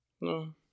No